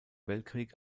weltkrieg